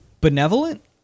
benevolent